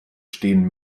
stehen